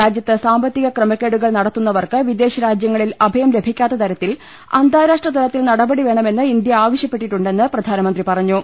രാജ്യത്ത് സാമ്പത്തിക ക്രമക്കേടുകൾ നടത്തുന്നവർക്ക് വിദേശ രാജ്യങ്ങളിൽ അഭയം ലഭിക്കാത്ത തരത്തിൽ അന്താരാഷ്ട്ര തലത്തിൽ നട പടി വേണമെന്ന് ഇന്ത്യ ആവശ്യപ്പെട്ടിട്ടുണ്ടെന്ന് പ്രധാനമന്ത്രി പറഞ്ഞു